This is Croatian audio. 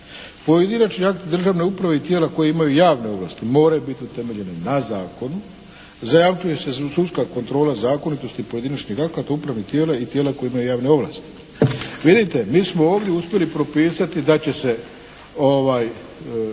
“Pojedinačni akt državne uprave i tijela koja imaju javne ovlasti moraju biti utemeljene na zakonu. Zajamčuje se sudska kontrola zakonitosti i pojedinačnih akata, upravnih tijela i tijela koja imaju javne ovlasti. “ Vidite, mi smo ovdje uspjeli propisati da će se